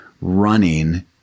running